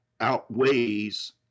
outweighs